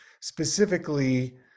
Specifically